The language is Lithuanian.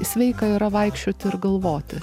sveika yra vaikščioti ar galvoti